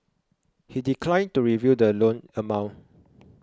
he declined to reveal the loan amount